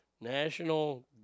National